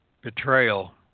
betrayal